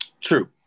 True